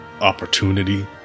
opportunity